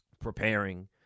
preparing